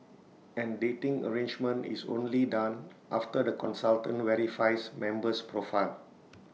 and dating arrangement is only done after the consultant verifies member's profile